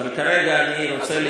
אבל כרגע אני רוצה,